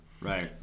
Right